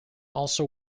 also